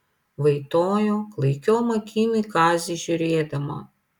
vaitojo klaikiom akim į kazį žiūrėdama